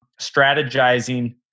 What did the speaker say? strategizing